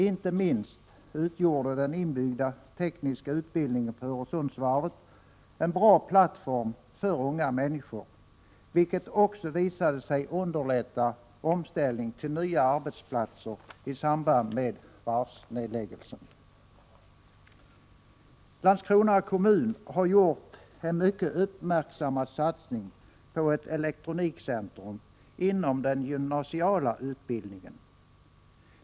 Inte minst den inbyggda tekniska utbildningen på Öresundsvarvet utgjorde en bra plattform för unga människor, och den visade sig också underlätta omställningen till nya arbetsplatser i samband med varvsnedläggelsen. Landskrona kommun har gjort en mycket uppmärksammad satsning på ett elektronikcentrum inom den gymnasiala utbildningen.